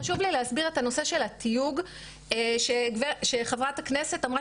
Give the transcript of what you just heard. חשוב לי להסביר את הנושא של התיוג שחברת הכנסת אמרה